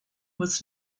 was